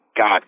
god